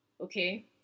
Okay